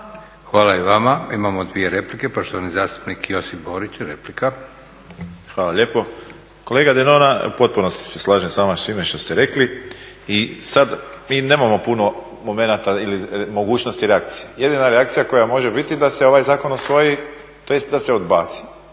Hvala i vama. Imamo dvije replike. Poštovani zastupnik Josip Borić, replika. **Borić, Josip (HDZ)** Hvala lijepo. Kolega Denona u potpunosti se slažem s vama sa svime što ste rekli i sada mi nemamo puno momenata ili mogućnosti reakcije. Jedina reakcija koja može biti da se ovaj zakon usvoji tj. da se odbaci